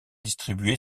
distribué